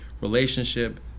relationship